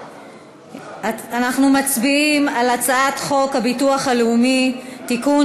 אנחנו מצביעים על הצעת חוק הביטוח הלאומי (תיקון,